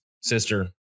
sister